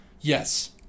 Yes